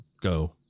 go